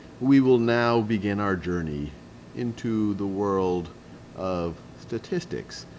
we will now begin our journey into the world of statistics,